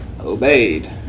obeyed